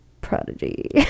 Prodigy